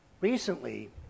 Recently